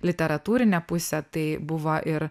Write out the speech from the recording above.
literatūrinę pusę tai buvo ir